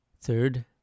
Third